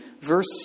Verse